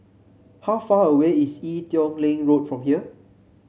how far away is Ee Teow Leng Road from here